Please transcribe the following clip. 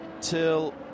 till